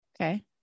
Okay